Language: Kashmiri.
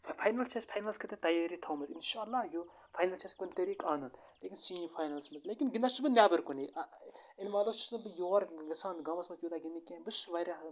فاینَل چھِ اَسہِ فاینَل خٲطرٕ تیٲری تھٲومٕژ اِنشا اللہ فاَینل چھِ اَسہِ کُنہِ طریٖقٕ اَنُن لیکن سمی فاَینلَس منٛز لیکن گِنٛدان چھُس بہٕ نٮَ۪رکُنے اِنوالو چھُس نہٕ بہٕ یور گژھان گامَس منٛز تیوٗتاہ گِنٛدنہِ کینٛہہ بہٕ چھُس واریاہ